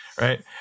Right